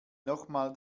nochmal